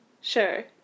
Sure